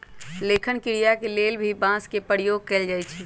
लेखन क्रिया के लेल भी बांस के प्रयोग कैल जाई छई